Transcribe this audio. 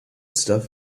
stuff